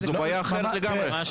זו בעיה אחרת לגמרי.